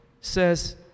says